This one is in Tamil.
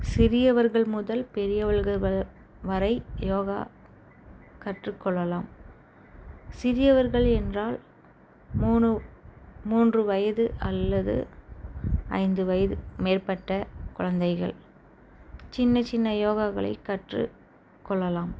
சிறியவர்கள் முதல் பெரியவர்கள் வ வரை யோகா கற்றுக் கொள்ளலாம் சிறியவர்கள் என்றால் மூணு மூன்று வயது அல்லது ஐந்து வயது மேற்பட்ட குலந்தைகள் சின்ன சின்ன யோகாக்களை கற்று கொள்ளலாம்